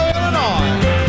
Illinois